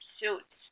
suits